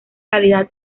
calidad